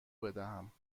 بدهم